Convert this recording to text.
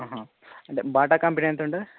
ఆహా అంటే Bata company ఎంతుంటుంది